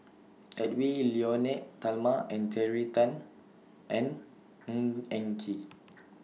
Edwy Lyonet Talma Terry Tan and Ng Eng Kee